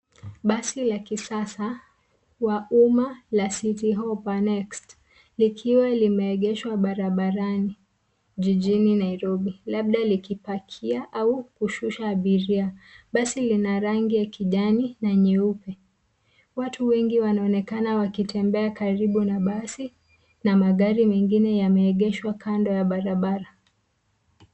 Basi la kisasa wa umma la City Hoppa Next likiwa limeegeshwa barabarani, jijini Nairobi, labda likipakia au kushusha abiria. Basi lina rangi ya kijani na nyeupe. Watu wengi wanaonekana wakitembea karibu na basi na magari mengine yameegeshwa kando ya barabara.